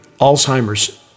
Alzheimer's